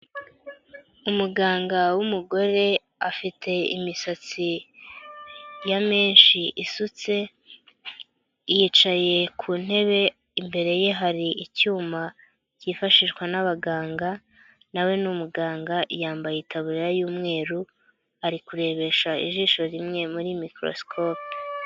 Umuganga w'umugore afite imisatsi ya menshi isutse, yicaye ku ntebe imbere ye hari icyuma cyifashishwa n'abaganga, nawe ni umuganga yambaye itaburiya y'umweru, ari kurebesha ijisho rimwe muri mikorosikope.